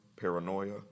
paranoia